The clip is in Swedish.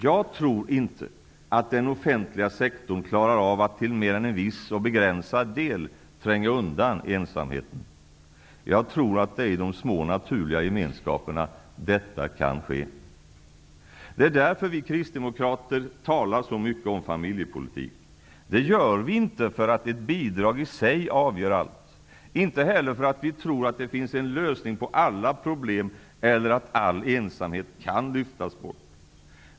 Jag tror inte att den offentliga sektorn klarar av att till mer än en viss och begränsad del tränga undan ensamheten. Jag tror att det är i de små naturliga gemenskaperna detta kan ske. Det är därför vi kristdemokrater talar så mycket om familjepolitik. Det gör vi inte därför att ett bidrag i sig avgör allt, inte heller därför att vi tror att det finns en lösning på alla problem eller att all ensamhet kan lyftas bort.